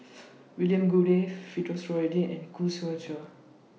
William Goode Firdaus Nordin and Khoo Seow